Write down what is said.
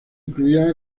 incluían